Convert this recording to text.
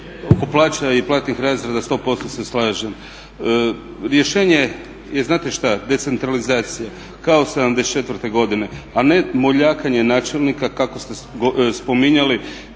plaća i platnih razreda 100% se slažem. Rješenje je znate šta, decentralizacija kao '74. godine, a ne moljakanje načelnika kako ste spominjali